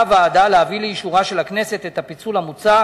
הוועדה מציעה להביא לאישורה של הכנסת את הפיצול המוצע,